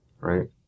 right